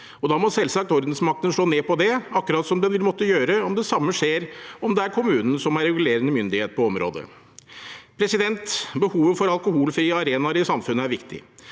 Da må selvsagt ordensmakten slå ned på det, akkurat som den vil måtte gjøre om det samme skjer og det er kommunen som er regulerende myndighet på området. Behovet for alkoholfrie arenaer i samfunnet er viktig,